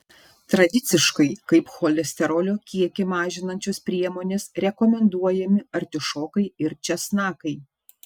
tradiciškai kaip cholesterolio kiekį mažinančios priemonės rekomenduojami artišokai ir česnakai